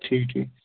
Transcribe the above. ٹھیٖک ٹھیٖک